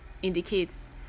indicates